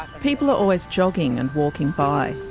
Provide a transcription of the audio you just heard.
people are always jogging and walking by.